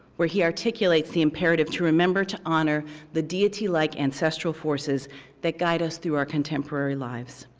where he articulates the imperative to remember to honor the deity, like ancestral forces that guide us through our contemporary lives.